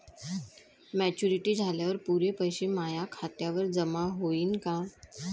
Maturity झाल्यावर पुरे पैसे माया खात्यावर जमा होईन का?